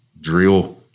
drill